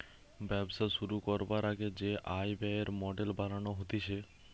ব্যবসা শুরু করবার আগে যে আয় ব্যয়ের মডেল বানানো হতিছে